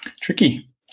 Tricky